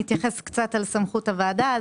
אני אתייחס קצת לסמכות הוועדה.